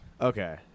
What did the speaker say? Okay